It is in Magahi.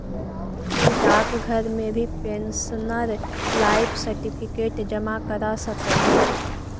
तु डाकघर में भी पेंशनर लाइफ सर्टिफिकेट जमा करा सकऽ हे